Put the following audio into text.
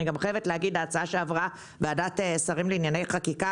אני גם חייבת להגיד שההצעה שעברה בוועדת שרים לענייני חקיקה